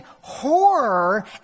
horror